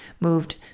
moved